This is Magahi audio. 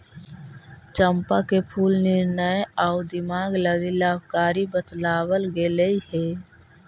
चंपा के फूल निर्णय आउ दिमाग लागी लाभकारी बतलाबल गेलई हे